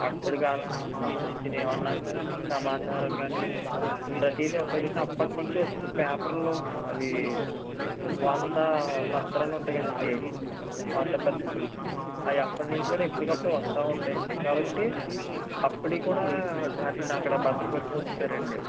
అప్పటికాలానికి సంబంధించిన ఏమన్న సమాచారం కాఅనీ ప్రతిది ఉంటుంది అండి అప్పటి నుంచి వచ్చిన పేపర్లో అది వార్తా పత్రికలు ఉంటాయి కదండి వార్తాపత్రికలు అవి అప్పటి నుంచి కూడా ఎప్పటికప్పుడు వస్తు ఉంటాయి అండి కాబట్టి అప్పటివి కూడా వాటిని అక్కడ భద్రపరిచి ఉంచుతారు అండి